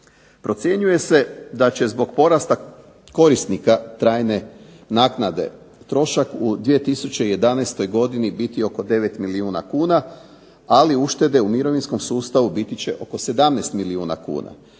Procjenjuje se da će zbog porasta korisnika trajne naknade trošak u 2011. godini biti oko 9 milijuna kuna, ali uštede u mirovinskom sustavu biti će oko 17 milijuna kuna,